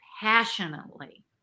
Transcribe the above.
passionately